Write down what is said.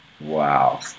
Wow